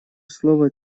слово